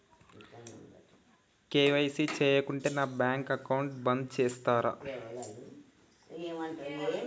KYC చేయకుంటే నా bank account బంద్ చేస్తరా?